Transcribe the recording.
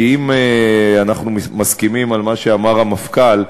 כי אם אנחנו מסכימים על מה שאמר המפכ"ל,